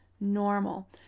normal